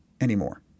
anymore